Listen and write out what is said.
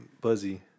Buzzy